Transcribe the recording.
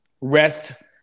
rest